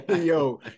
Yo